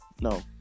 no